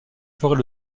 ferait